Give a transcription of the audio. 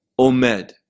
Omed